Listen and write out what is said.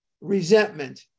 resentment